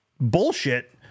bullshit